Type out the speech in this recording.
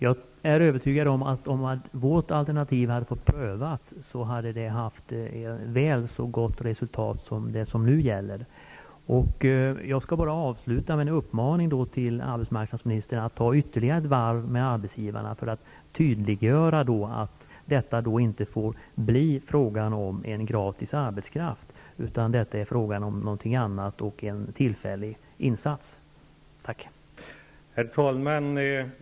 Herr talman! Om vårt alternativ hade prövats, är jag övertygad om att det hade fått väl så gott resultat som det som nu kommer att gälla. Jag vill avslutningsvis uppmana arbetsmarknadsministern att tala ytterligare en gång med arbetsgivarna för att tydliggöra att det inte får bli fråga om en gratis arbetskraft. Detta är någonting annat. Det är en tillfällig insats. Tack.